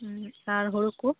ᱟᱨ ᱦᱳᱲᱳ ᱠᱚ